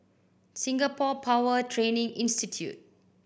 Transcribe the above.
Singapore Power Training Institute